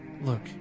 look